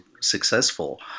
successful